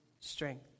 strength